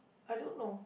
I don't know